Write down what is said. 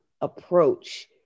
approach